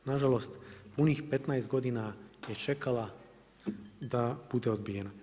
Na žalost, punih 15 godina je čekala da bude odbijena.